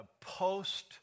post